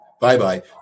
Bye-bye